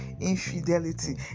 infidelity